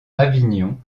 avignon